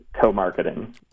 co-marketing